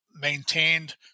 maintained